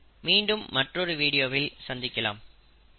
மீண்டும் மற்றொரு வீடியோவில் சந்திக்கலாம் நன்றி